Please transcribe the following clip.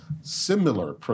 similar